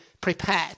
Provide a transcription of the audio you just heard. prepared